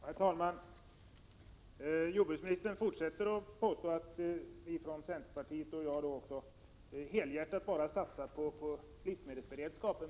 Herr talman! Jordbruksministern fortsätter att påstå att centerpartisterna — och alltså även jag — helhjärtat satsar bara på livsmedelsberedskapen.